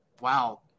wow